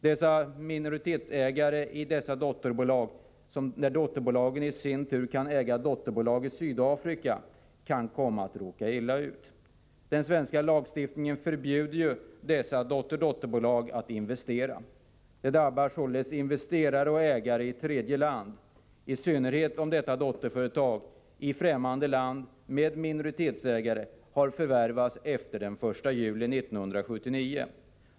Dessa minoritetsägare i dotterbolagen, som i sin tur kan äga ett dotterbolag i Sydafrika, kan komma att råka illa ut. Den svenska lagstiftningen förbjuder ju dessa dotter-dotterbolag att investera. Det drabbar således investerare och ägare i tredje land, i synnerhet om detta dotterbolag i främmande land med minoritetsägare har förvärvats efter den 1 juli 1979.